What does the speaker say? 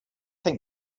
think